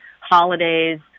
holidays